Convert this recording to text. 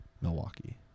Milwaukee